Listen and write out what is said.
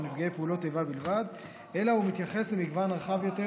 נפגעי פעולות איבה בלבד אלא הוא מתייחס למגוון רחב יותר